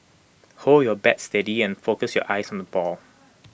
hold your bat steady and focus your eyes on the ball